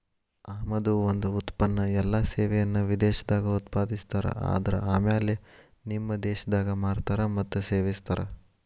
ಆಮದು ಒಂದ ಉತ್ಪನ್ನ ಎಲ್ಲಾ ಸೇವೆಯನ್ನ ವಿದೇಶದಾಗ್ ಉತ್ಪಾದಿಸ್ತಾರ ಆದರ ಆಮ್ಯಾಲೆ ನಿಮ್ಮ ದೇಶದಾಗ್ ಮಾರ್ತಾರ್ ಮತ್ತ ಸೇವಿಸ್ತಾರ್